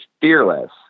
fearless